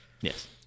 Yes